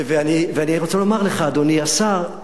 ואני רוצה לומר לך, אדוני השר,